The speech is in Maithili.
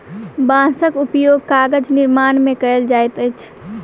बांसक उपयोग कागज निर्माण में कयल जाइत अछि